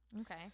okay